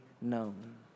known